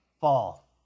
fall